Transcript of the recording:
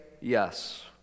yes